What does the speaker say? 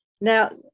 Now